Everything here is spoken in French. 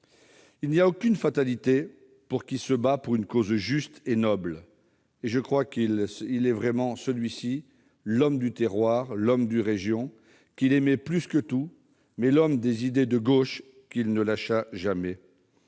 Il n'y a aucune fatalité pour qui se bat pour une cause juste et noble. Il était l'homme du terroir, l'homme d'une région qu'il aimait plus que tout, mais aussi l'homme des idées de gauche qu'il ne lâcha jamais.